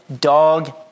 dog